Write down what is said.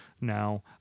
Now